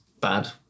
bad